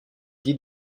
dit